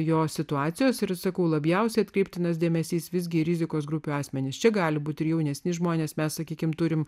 jo situacijos ir sakau labiausiai atkreiptinas dėmesys visgi rizikos grupių asmenys čia gali būti ir jaunesni žmonės mes sakykime turime